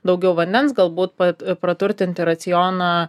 daugiau vandens galbūt pat praturtinti racioną